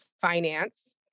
finance